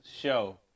show